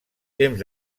temps